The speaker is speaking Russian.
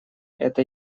это